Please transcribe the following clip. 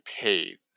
paid